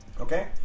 okay